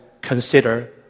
consider